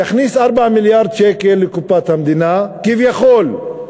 ויכניס 4 מיליארד שקל לקופת המדינה, כביכול.